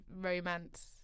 romance